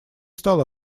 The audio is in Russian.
стал